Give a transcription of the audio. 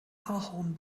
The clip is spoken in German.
ahorn